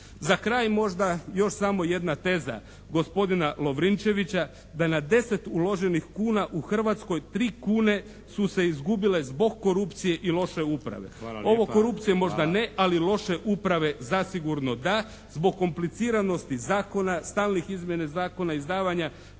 Za kraj još možda samo jedna teza gospodina Lovrinčevića da na 10 uloženih kuna u Hrvatskoj 3 kune su se izgubile zbog korupcije i loše uprave. Ovo korupcije možda ne ali loše uprave zasigurno da zbog kompliciranosti zakona, stalnih izmjena zakona, izdavanja